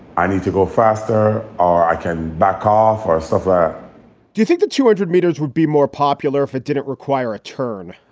i need to go faster or i can back or stuff do you think the two hundred meters would be more popular if it didn't require a turn?